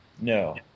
No